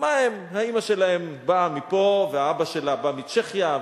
האמא שלהם באה מפה ואבא שלה בא מצ'כיה,